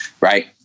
right